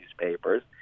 newspapers